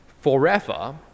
forever